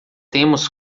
temos